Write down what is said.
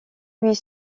huit